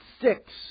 six